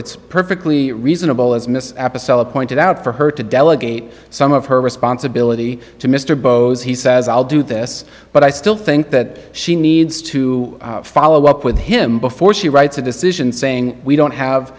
it's perfectly reasonable as miss apicella pointed out for her to delegate some of her responsibility to mr bo's he says i'll do this but i still think that she needs to follow up with him before she writes a decision saying we don't have